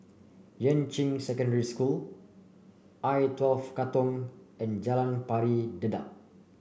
Yuan Ching Secondary School I twelve Katong and Jalan Pari Dedap